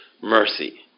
mercy